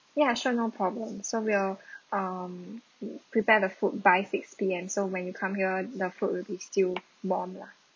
ya sure no problem so we'll um prepare the food by six P_M so when you come here the food will be still warm lah